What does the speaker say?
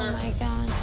um my god.